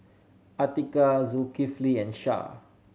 Atiqah Zulkifli and Syah